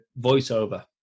voiceover